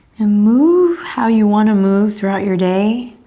and move how you wanna move throughout your day.